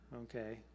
okay